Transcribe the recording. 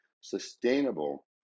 sustainable